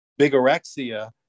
bigorexia